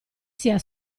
sia